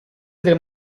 del